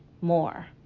more